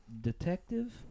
Detective